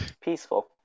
peaceful